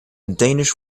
danish